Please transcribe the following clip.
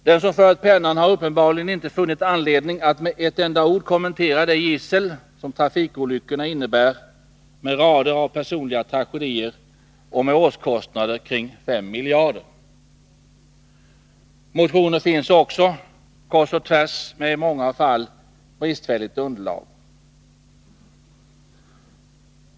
Den som förde pennan har uppenbarligen inte funnit anledning att med ett enda ord kommentera det gissel som trafikolyckorna innebär, med rader av personliga tragedier och med årskostnader kring 5 miljarder. Motioner finns också — kors och tvärs — med i många fall bristfälligt underlag.